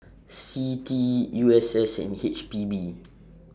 CITI U S S and H P B